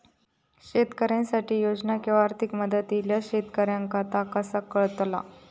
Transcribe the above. शेतकऱ्यांसाठी योजना किंवा आर्थिक मदत इल्यास शेतकऱ्यांका ता कसा कळतला?